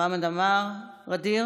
חמד עמאר, ע'דיר